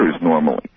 normally